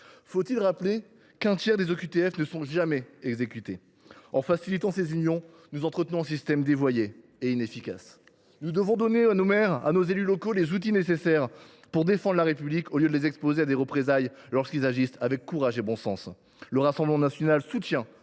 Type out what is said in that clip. Faut il rappeler qu’un tiers des OQTF ne sont jamais exécutées ? En facilitant ces unions, nous entretenons un système dévoyé et inefficace, mes chers collègues. Il nous faut au contraire donner à nos maires et à nos élus locaux les outils nécessaires pour défendre la République et cesser de les exposer à des représailles lorsqu’ils agissent avec courage et bon sens. Le Rassemblement national soutient